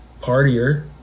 partier